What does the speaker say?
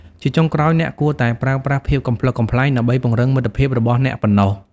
ជាចុងក្រោយ អ្នកគួរតែប្រើប្រាស់ភាពកំប្លុកកំប្លែងដើម្បីពង្រឹងមិត្តភាពរបស់អ្នកប៉ុណ្ណោះ។